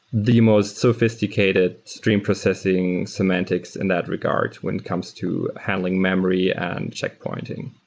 the most sophisticated stream processing semantics in that regard when it comes to handling memory and checkpointing.